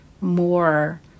more